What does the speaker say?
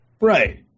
Right